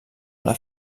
una